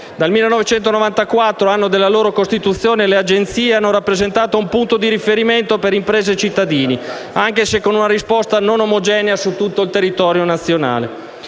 Dal 1994, anno della loro costituzione, le Agenzie hanno rappresentato un punto di riferimento per imprese e cittadini, anche se con una risposta non omogenea su tutto il territorio nazionale.